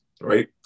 Right